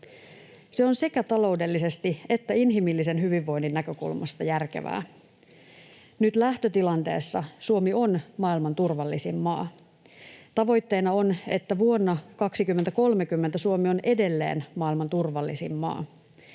Se on sekä taloudellisesti että inhimillisen hyvinvoinnin näkökulmasta järkevää. Nyt lähtötilanteessa Suomi on maailman turvallisin maa. Tavoitteena on, että vuonna 2030 Suomi on edelleen maailman turvallisin maa.